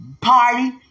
party